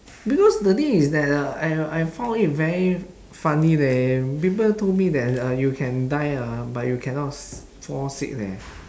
because the thing is that uh I uh I found it very funny leh people told me that uh you can die ah but you cannot s~ fall sick leh